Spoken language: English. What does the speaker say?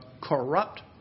corrupt